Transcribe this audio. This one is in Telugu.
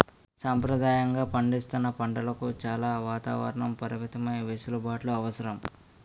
సంప్రదాయంగా పండిస్తున్న పంటలకు చాలా వాతావరణ పరమైన వెసులుబాట్లు అవసరం